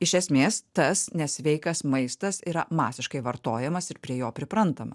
iš esmės tas nesveikas maistas yra masiškai vartojamas ir prie jo priprantama